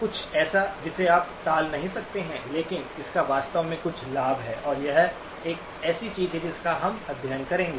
कुछ ऐसा जिसे आप टाल नहीं सकते हैं लेकिन इसका वास्तव में कुछ लाभ है और यह एक ऐसी चीज है जिसका हम अध्ययन करेंगे